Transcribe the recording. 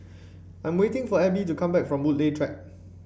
I'm waiting for Ebb to come back from Woodleigh Track